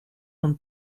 von